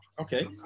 Okay